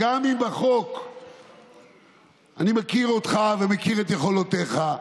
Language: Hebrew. אני מכיר אותך ומכיר את יכולותיך.